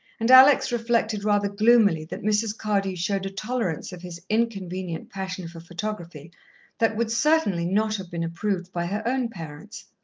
and alex reflected rather gloomily that mrs. cardew showed a tolerance of his inconvenient passion for photography that would certainly not have been approved by her own parents.